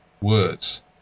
words